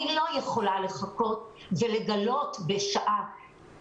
אני לא יכולה לגלות ב-15,